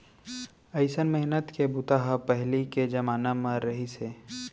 अइसन मेहनत के बूता ह पहिली के जमाना म रहिस हे